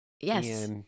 yes